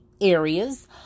areas